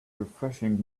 refreshing